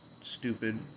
stupid